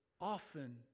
often